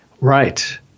Right